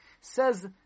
Says